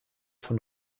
von